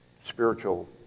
spiritual